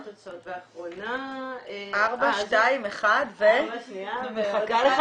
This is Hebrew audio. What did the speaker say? אה, אבל זה